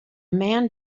man